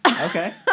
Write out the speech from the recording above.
Okay